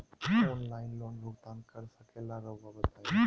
Online loan भुगतान कर सकेला राउआ बताई?